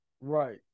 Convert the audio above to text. Right